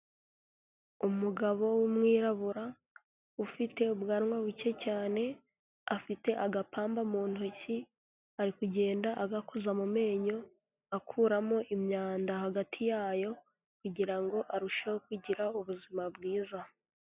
Umugabo w'umwirabura ufite ubwanwa buke cyane, afite agapamba mu ntoki, ari kugenda agakoza mu menyo, akuramo imyanda hagati yayo kugira ngo arusheho kugira ubuzima bwiza.